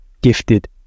gifted